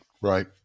Right